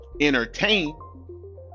entertain